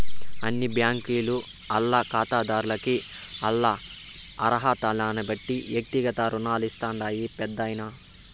అన్ని బ్యాంకీలు ఆల్ల కాతాదార్లకి ఆల్ల అరహతల్నిబట్టి ఎక్తిగత రుణాలు ఇస్తాండాయి పెద్దాయనా